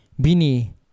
bini